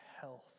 health